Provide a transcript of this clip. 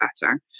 better